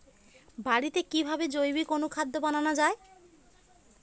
বাড়িতে কিভাবে জৈবিক অনুখাদ্য বানানো যায়?